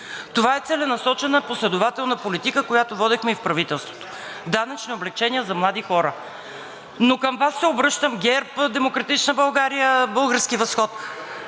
Това е целенасочена, последователна политика, която водехме и в правителството – данъчни облекчения за млади хора. Но към Вас се обръщам ГЕРБ, „Демократична България“, „Български възход“.